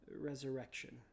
resurrection